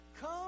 come